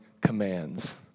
commands